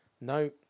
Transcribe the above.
no